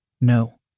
No